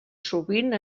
sovint